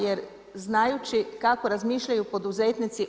Jer znajući kako razmišljaju poduzetnici.